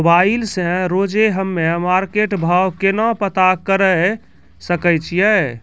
Mobile से रोजे हम्मे मार्केट भाव केना पता करे सकय छियै?